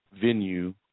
venue